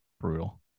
brutal